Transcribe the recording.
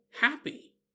happy